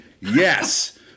Yes